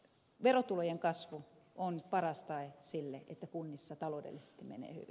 verotulojen kasvu on paras tae sille että kunnissa taloudellisesti menee hyvin